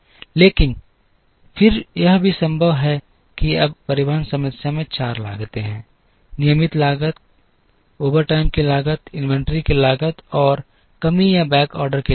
लेकिन फिर यह भी संभव है अब परिवहन समस्या में 4 लागतें हैं नियमित समय की लागत ओवरटाइम की लागत इन्वेंट्री की लागत और कमी या बैक ऑर्डर की लागत